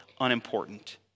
unimportant